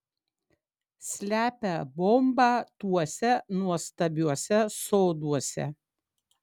slepia bombą tuose nuostabiuose soduose